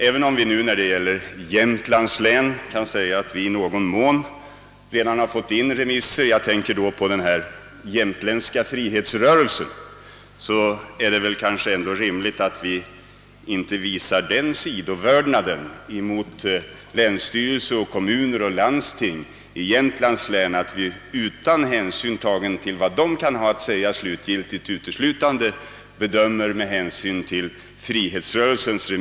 Man kan visserligen beträffande Jämtlands län i viss mån göra gällande att remissutlåtanden redan har avlämnats —jag tänker på den s.k. jämtländska frihetsrörelsen — men det är rimligt att vi inte visar länsstyrelse, kommuner och landsting i Jämtlands län den sidovördnaden att vi bedömer länsindelningsfrågan uteslutande på grundval av vad frihetsrörelsen önskar.